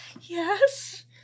yes